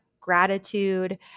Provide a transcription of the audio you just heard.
gratitude